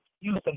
youth